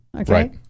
Okay